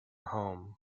home